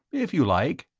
if you like.